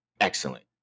Excellent